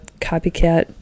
copycat